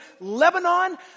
Lebanon